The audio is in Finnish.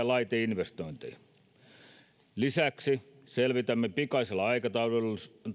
laiteinvestointeihin lisäksi selvitämme pikaisella aikataululla